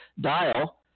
dial